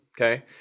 okay